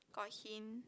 got hint